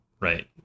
right